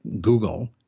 Google